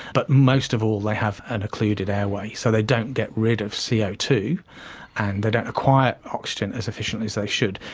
but most of all they have an occluded airway. so they don't get rid of c o two and they don't acquire oxygen as efficiently as they should.